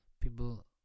People